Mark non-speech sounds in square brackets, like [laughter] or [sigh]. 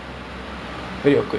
[noise] true true